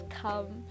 come